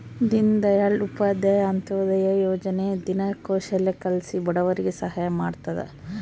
ದೀನ್ ದಯಾಳ್ ಉಪಾಧ್ಯಾಯ ಅಂತ್ಯೋದಯ ಯೋಜನೆ ದಿನ ಕೌಶಲ್ಯ ಕಲ್ಸಿ ಬಡವರಿಗೆ ಸಹಾಯ ಮಾಡ್ತದ